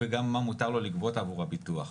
וגם מה מותר לו לגבות עבור הביטוח.